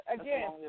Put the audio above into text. again